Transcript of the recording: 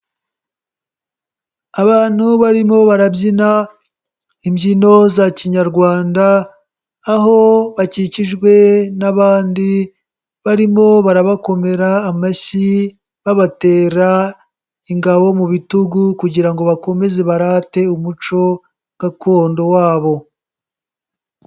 Abantu barimo barabyina imbyino za kinyarwanda, aho bakikijwe n'abandi barimo barabakomera amashyi babatera ingabo mu bitugu kugira ngo bakomeze barate umuco gakondo wabo.